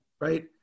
right